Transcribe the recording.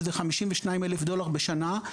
שזה 52,000 דולר בשנה,